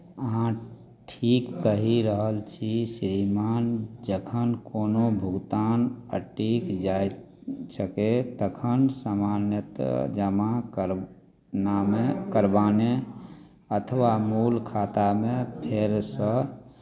अहाँ ठीक कहि रहल छी श्रीमान जखन कोनो भुगतान अटकि जाइत छैक तखन सामान्यतः जमा करनामे करवामे अथवा मूल खातामे फेरसँ